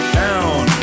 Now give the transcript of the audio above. down